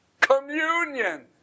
communion